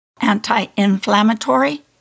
anti-inflammatory